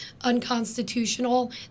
unconstitutional